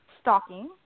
stalking